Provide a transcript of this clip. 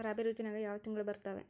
ರಾಬಿ ಋತುವಿನ್ಯಾಗ ಯಾವ ತಿಂಗಳು ಬರ್ತಾವೆ?